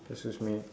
excuse me